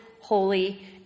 holy